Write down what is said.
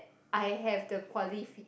I have the qualifi~